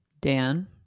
Dan